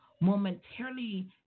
momentarily